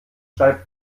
schreibt